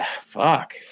fuck